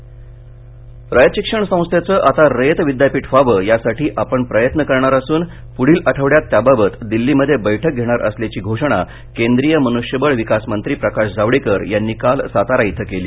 रयत रयत शिक्षण संस्थेचं आता रयत विद्यापीठ व्हावं यासाठी आपण प्रयत्न करणार असून पृढील आठवड़यात त्याबाबत दिल्लीमध्ये बैठक घेणार असल्याची घोषणा केंद्रीय मनुष्यबळ विकासमंत्री प्रकाश जावडेकर यांनी काल सातारा इथं केली